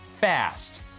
fast